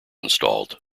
installed